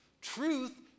Truth